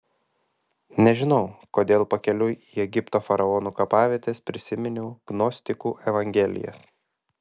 nežinau kodėl pakeliui į egipto faraonų kapavietes prisiminiau gnostikų evangelijas